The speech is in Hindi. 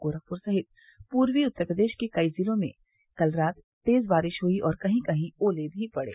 गोरखपुर सहित पूर्वी उत्तर प्रदेश के कई जिलों में कल रात तेज बारिश हुई और कहीं कहीं ओले भी पड़े